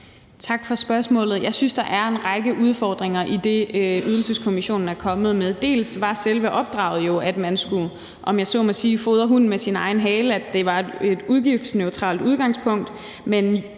Mai Villadsen (EL): Jeg synes, der er en række udfordringer i det, Ydelseskommissionen er kommet med. Dels var selve opdraget jo, at man skulle, om jeg så må sige, fodre hunden med sin egen hale – det var et udgiftsneutralt udgangspunkt